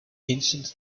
ancient